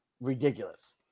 Ridiculous